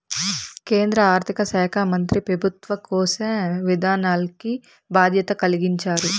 కేంద్ర ఆర్థిక శాకా మంత్రి పెబుత్వ కోశ విధానాల్కి బాధ్యత కలిగించారు